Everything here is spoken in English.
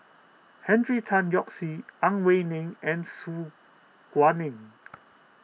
Henry Tan Yoke See Ang Wei Neng and Su Guaning